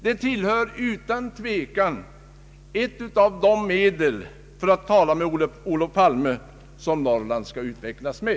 Det tillhör utan tvekan ett av de medel — för att tala med Olof Palme — som Norrland skall utvecklas med.